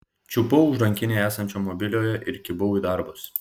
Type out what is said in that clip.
čiupau už rankinėje esančio mobiliojo ir kibau į darbus